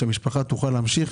שהמשפחה תוכל להמשיך